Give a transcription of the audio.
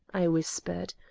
i whispered.